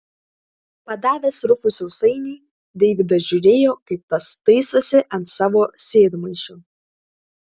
padavęs rufui sausainį deividas žiūrėjo kaip tas taisosi ant savo sėdmaišio